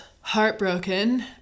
heartbroken